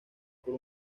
por